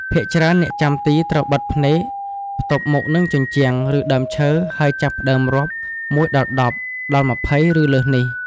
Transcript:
ភាគច្រើនអ្នកចាំទីត្រូវបិទភ្នែក ផ្ទប់មុខនឹងជញ្ជាំង ឬ ដើមឈើ ហើយចាប់ផ្ដើមរាប់ ១ដល់១០ ដល់២០ ឬ លើសនេះ។